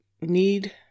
need